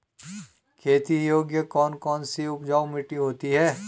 खेती योग्य कौन कौन सी उपजाऊ मिट्टी होती है?